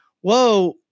Whoa